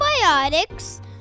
Probiotics